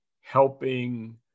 helping